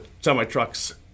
semi-trucks